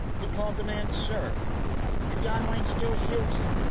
he called the man sir and john wayne still shoots him.